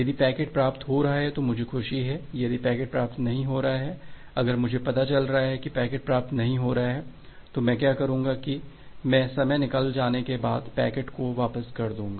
यदि पैकेट प्राप्त हो रहा है तो मुझे खुशी है यदि पैकेट प्राप्त नहीं हो रहा है अगर मुझे पता चल रहा है कि पैकेट प्राप्त नहीं हो रहा है तो मैं क्या करूंगा कि मैं समय निकल जाने के बाद पैकेट को वापस कर दूंगा